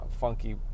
funky